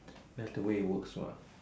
that is the way it works what